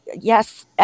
yes